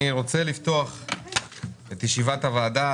אני רוצה לפתוח את ישיבת הוועדה,